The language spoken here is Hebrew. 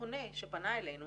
הפונה שפנה אלינו